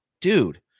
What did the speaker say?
dude